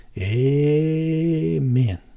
Amen